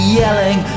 yelling